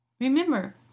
Remember